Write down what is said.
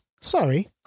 sorry